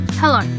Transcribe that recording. Hello